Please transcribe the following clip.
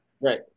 Right